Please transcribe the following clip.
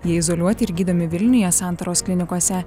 jie izoliuoti ir gydomi vilniuje santaros klinikose